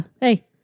hey